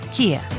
Kia